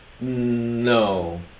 No